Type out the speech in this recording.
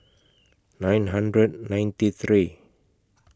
nine hundred ninety three